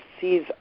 sees